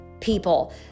people